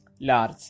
large